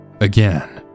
again